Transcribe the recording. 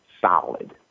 solid